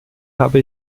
habe